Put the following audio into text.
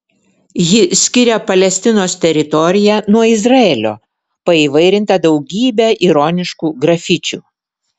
ji skiria palestinos teritoriją nuo izraelio paįvairinta daugybe ironiškų grafičių